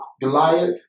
Goliath